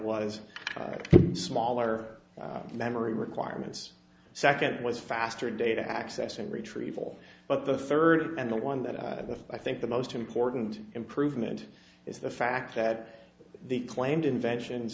was smaller memory requirements second was faster data access and retrieval but the third and the one that i think the most important improvement is the fact that the claimed inventions